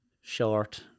short